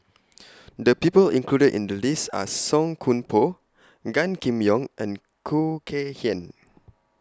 The People included in The list Are Song Koon Poh Gan Kim Yong and Khoo Kay Hian